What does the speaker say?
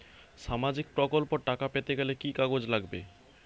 সামাজিক প্রকল্পর টাকা পেতে গেলে কি কি কাগজ লাগবে?